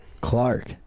Clark